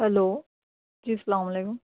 hello جی سلام علیکم